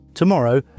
Tomorrow